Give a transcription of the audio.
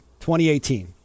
2018